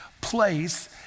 place